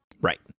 Right